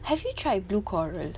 have you tried blue coral